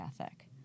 ethic